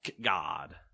God